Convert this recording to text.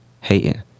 hating